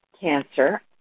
cancer